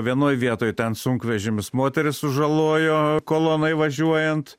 vienoj vietoj ten sunkvežimis moteris sužalojo kolonai važiuojant